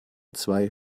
zwei